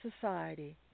society